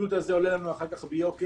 השיטוט הזה עולה לנו אחר כך ביוקר.